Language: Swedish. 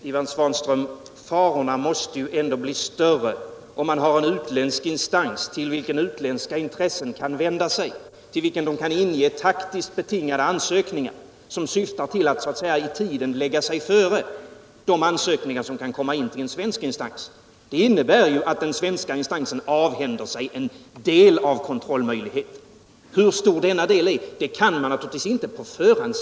Herr talman! Farorna måste ändå, Ivan Svanström, bli större, om man har en utländsk instans till vilken utländska intressen kan inge taktiskt betingade ansökningar, som syftar till att så att säga i tiden lägga sig före de ansökningar som kan komma in till en svensk instans. Detta innebär ju att den svenska instansen avhänder sig en del av kontrollmöjligheten. Hur stor denna del är kan naturligtvis inte sägas på förhand.